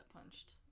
punched